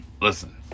Listen